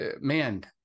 man